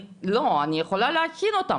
לא, אני יכולה להכין אותם,